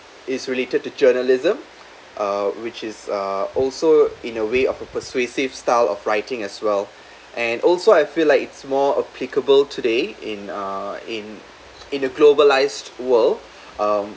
it's related to journalism uh which is uh also in a way of a persuasive style of writing as well and also I feel like it's more applicable today in uh in in a globalised world um